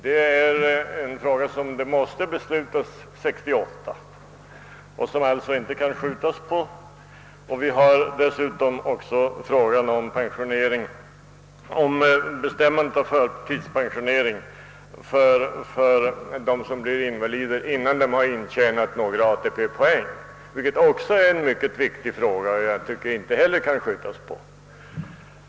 Det är en fråga varom måste beslutas före 1968 och som vi alltså inte kan skjuta på. Vi måste dessutom utreda frågan om förtidspensioneringen för dem som blir invalider innan de hunnit tjäna in några ATP-poäng. Också denna fråga är så viktig, att vi inte kan skjuta på den.